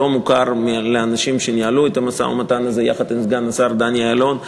זה לא מוכר לאנשים שניהלו את המשא-ומתן הזה יחד עם סגן השר דני אילון,